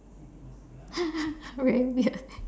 very weird